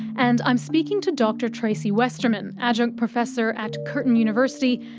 and i'm speaking to dr tracy westerman, adjunct professor at curtin university,